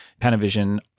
Panavision